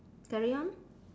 carry on